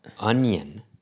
Onion